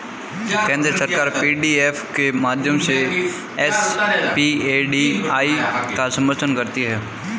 केंद्र सरकार पी.डी.एफ के माध्यम से एस.पी.ए.डी.ई का समर्थन करती है